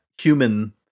human